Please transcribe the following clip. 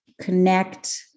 connect